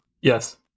yes